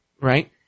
Right